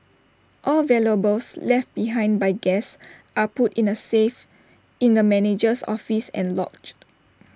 all valuables left behind by guests are put in A safe in the manager's office and logged